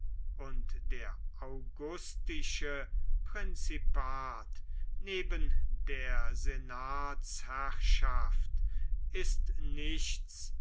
und der augustische prinzipat neben der senatsherrschaft ist nichts